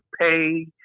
pay